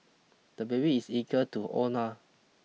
the baby is eager to own a